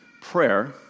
prayer